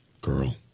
Girl